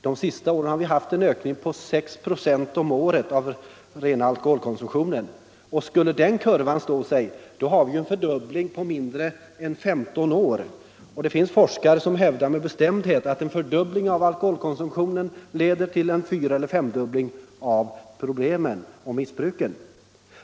De senaste åren har vi haft en ökning på 6 96 om året av den totala alkoholkonsumtionen. Skulle kurvan stå sig, har vi en fördubbling på mindre än 15 år. Det finns forskare som hävdar med bestämdhet att en fördubbling av alkoholkonsumtionen leder till en fyraeller femdubbling av missbruket.